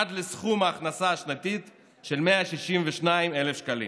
עד לסכום הכנסה שנתית של 162,000 שקלים.